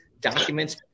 documents